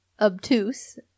obtuse